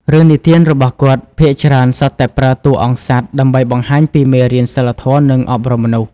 រឿងនិទានរបស់គាត់ភាគច្រើនសុទ្ធតែប្រើតួអង្គសត្វ ដើម្បីបង្ហាញពីមេរៀនសីលធម៌ និងអប់រំមនុស្ស។